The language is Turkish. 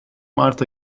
mart